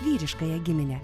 vyriškąją giminę